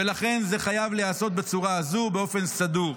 ולכן זה חייב להיעשות בצורה הזאת ובאופן סדור.